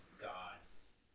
God's